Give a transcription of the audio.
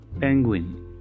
Penguin